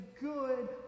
good